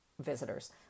visitors